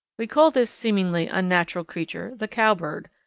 we call this seemingly unnatural creature the cowbird,